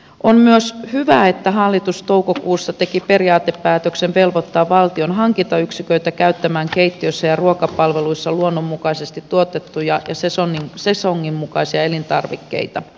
on myös hyvä että hallitus toukokuussa teki periaatepäätöksen velvoittaa valtion hankintayksiköitä käyttämään keittiöissä ja ruokapalveluissa luonnonmukaisesti tuotettuja ja sesongin mukaisia elintarvikkeita